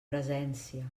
presència